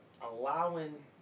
allowing